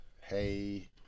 Hey